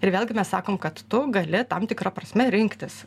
ir vėlgi mes sakom kad tu gali tam tikra prasme rinktis